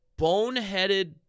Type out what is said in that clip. boneheaded